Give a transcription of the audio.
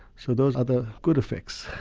so those are the good effects,